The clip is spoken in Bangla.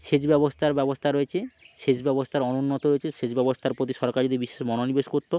সেচ ব্যবস্থার ব্যবস্থা রয়েছে সেচ ব্যবস্থার অনুন্নত রয়েছে সেচ ব্যবস্থার প্রতি সরকার যদি বিশেষ মনোনিবেশ করত